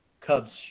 Cubs